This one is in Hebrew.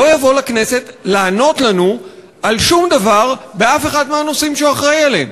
לא יבוא לכנסת לענות לנו על שום דבר באף אחד מהנושאים שהוא אחראי להם.